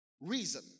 reason